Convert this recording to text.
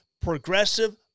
progressive